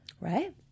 right